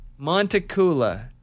Montecula